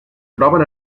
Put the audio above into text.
troben